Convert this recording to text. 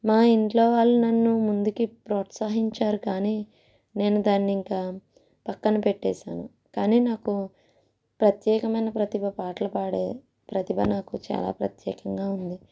మా ఇంట్లో వాళ్ళు నన్ను ముందుకి ప్రోత్సహించారు కానీ నేను దాన్ని ఇంకా పక్కన పెట్టేశాను కానీ నాకు ప్రత్యేకమైన ప్రతిభ పాటలు పాడే ప్రతిభ నాకు చాలా ప్రత్యేకంగా ఉంది